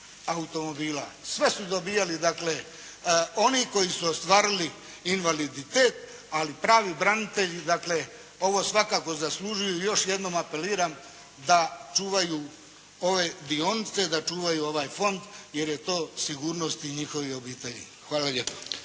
automobila. Sve su dobivali dakle oni koji su ostvarili invaliditet, ali pravi branitelji dakle ovo svakako zaslužuju i još jednom apeliram da čuvaju ove dionice, da čuvaju ovaj Fond jer je to sigurnost i njihovih obitelji. Hvala lijepa.